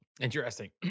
Interesting